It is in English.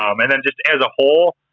um and then, just, as a whole,